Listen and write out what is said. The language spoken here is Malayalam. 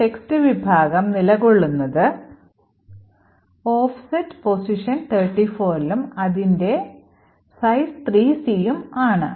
text വിഭാഗം നിലകൊള്ളുന്നത് offset position 34ലും അതിന്റെ size 3C ഉംആണ്